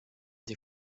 des